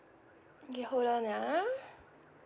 okay hold on ya